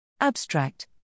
Abstract